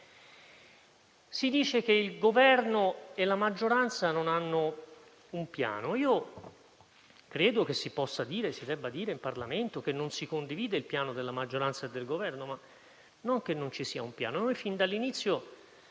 Si dice che il Governo e la maggioranza non abbiano un piano. Credo che si possa e si debba dire in Parlamento che non si condivide il piano della maggioranza e del Governo, ma non che non ci sia un piano. Noi fin dall'inizio